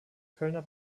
kölner